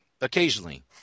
occasionally